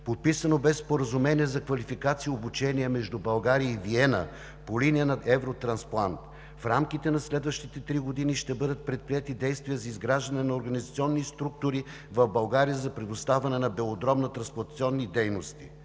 Подписано бе Споразумение за квалификация и обучение между България и Виена по линия на „Евротрансплант“. В рамките на следващите три години ще бъдат предприети действия за изграждане на организационни структури в България за предоставяне на белодробни трансплантационни дейности.